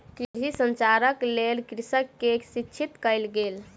कृषि संचारक लेल कृषक के शिक्षित कयल गेल